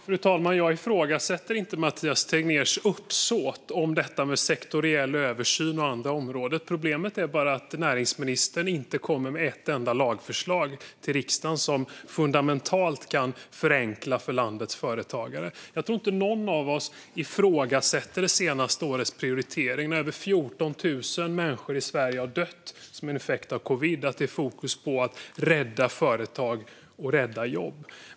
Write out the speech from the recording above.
Fru talman! Jag ifrågasätter inte Mathias Tegnérs uppsåt om detta med sektoriell översyn och andra områden. Problemet är bara att näringsministern inte kommer med ett enda lagförslag till riksdagen som fundamentalt kan förenkla för landets företagare. Jag tror inte att någon av oss ifrågasätter det senaste årets prioritering, när över 14 000 människor i Sverige har dött som en effekt av covid. Det är fokus på att rädda företag och rädda jobb.